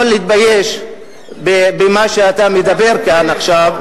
לפחות דבר אחד: אני יכול להתבייש במה שאתה מדבר כאן עכשיו,